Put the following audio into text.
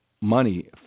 Money